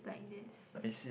it's like this